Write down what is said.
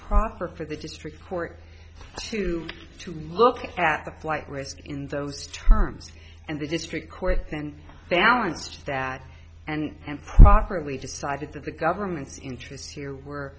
proper for the district court to to look at the flight risk in those terms and the district court and balance that and properly decided to the government's interests here were